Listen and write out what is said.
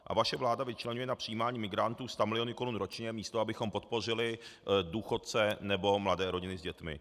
A vaše vláda vyčleňuje na přijímání migrantů stamiliony korun ročně, místo abychom podpořili důchodce nebo mladé rodiny s dětmi.